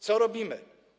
Co robimy?